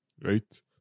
right